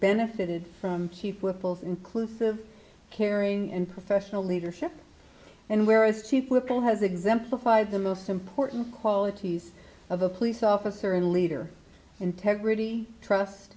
benefited from cheap whipple's inclusive caring and professional leadership and where as to political has exemplified the most important qualities of a police officer and leader integrity trust